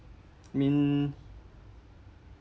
I mean